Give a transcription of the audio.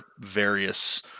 various